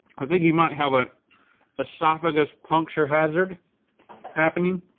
i think you might have an esophagus puncture hazard happening.